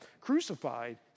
crucified